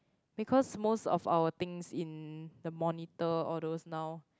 because most of our things in the monitor all those now